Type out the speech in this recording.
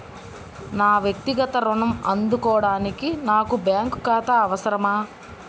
నా వక్తిగత ఋణం అందుకోడానికి నాకు బ్యాంక్ ఖాతా అవసరమా?